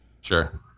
Sure